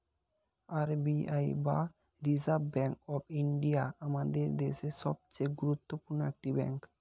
R B I বা Reserve Bank of India আমাদের দেশের সবচেয়ে গুরুত্বপূর্ণ একটি ব্যাঙ্ক